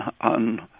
on